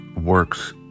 works